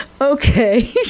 Okay